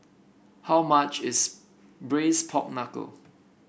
how much is Braised Pork Knuckle